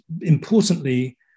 importantly